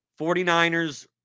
49ers